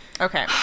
okay